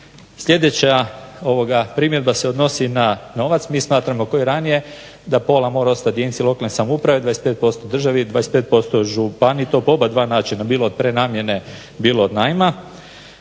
sljedeća primjedba se odnosi na novac. Mi smatramo ko i ranije da pola mora ostati jedinici lokalne samouprave, 25% državi, 25% županiji i to po oba dva načina, bilo od prenamijene bilo od najma.